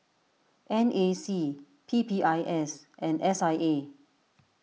N A C P P I S and S I A